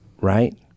right